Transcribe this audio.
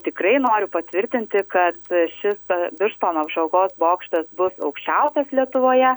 tikrai noriu patvirtinti kad šis birštono apžvalgos bokštas bus aukščiausias lietuvoje